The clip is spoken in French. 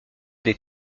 des